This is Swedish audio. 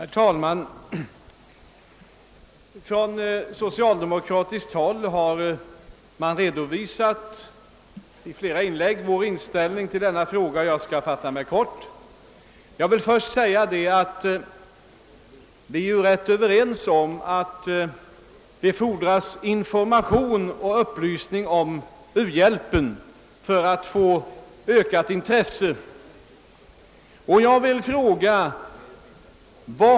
Herr talman! Från socialdemokratiskt håll har i flera inlägg redovisats vår inställning till denna fråga, och jag ;skall därför fatta mig kort. Jag vill först säga att vi ju är tämligen överens om att det fordras information och upplysning om u-hjälpen för att få till stånd ökat intresse för frågan.